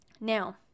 Now